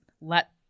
let